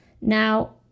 Now